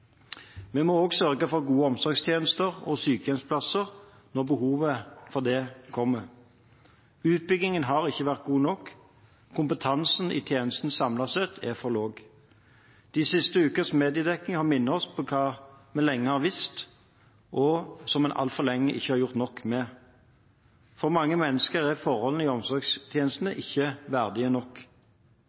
vi må sørge for gode omsorgstjenester og sykehjemsplasser når behovet for det kommer. Utbyggingen har ikke vært god nok. Kompetansen i tjenestene samlet sett er for lav. De siste ukers mediedekning har minnet oss på hva vi lenge har visst, og som en altfor lenge ikke har gjort nok med. For mange mennesker er forholdene i omsorgstjenestene ikke verdige nok.